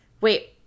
wait